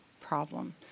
problem